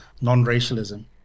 non-racialism